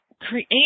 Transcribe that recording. create